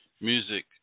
music